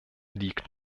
liegt